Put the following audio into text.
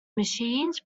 machines